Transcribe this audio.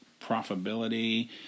profitability